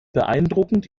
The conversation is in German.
beeindruckend